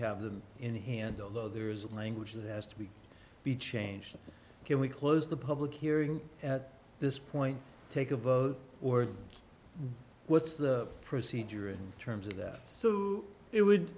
have them in a handle though there is language that has to be be changed can we close the public hearing at this point take a vote or what's the procedure in terms of that so it would